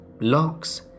locks